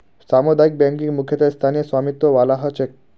सामुदायिक बैंकिंग मुख्यतः स्थानीय स्वामित्य वाला ह छेक